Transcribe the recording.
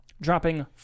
dropping